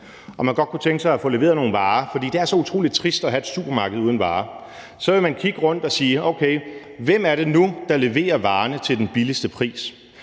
og man godt kunne tænke sig at få leveret nogle varer – for det er så trist at have et supermarked uden varer – så vil man kigge rundt og sige: Okay, hvem er det nu, der leverer varerne til den billigste pris?